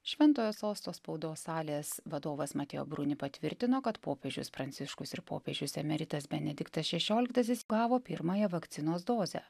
šventojo sosto spaudos salės vadovas matio bruni patvirtino kad popiežius pranciškus ir popiežius emeritas benediktas šešioliktasis gavo pirmąją vakcinos dozę